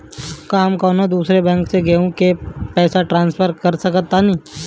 का हम कौनो दूसर बैंक से केहू के पैसा ट्रांसफर कर सकतानी?